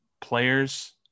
players